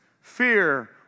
Fear